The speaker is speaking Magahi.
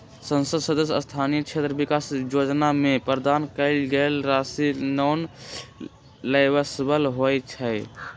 संसद सदस्य स्थानीय क्षेत्र विकास जोजना में प्रदान कएल गेल राशि नॉन लैप्सबल होइ छइ